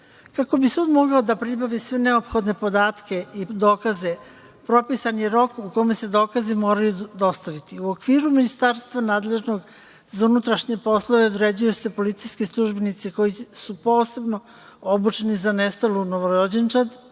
Kako bi sud mogao da pribavi sve neophodne podatke i dokaze propisan je rok u kome se dokazi moraju ostaviti.U okviru ministarstva nadležnog za unutrašnje poslove određuju se policijski službenici, koji su posebno obučeni za nestalu novorođenčad